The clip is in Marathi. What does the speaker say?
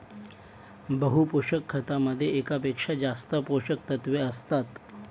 बहु पोषक खतामध्ये एकापेक्षा जास्त पोषकतत्वे असतात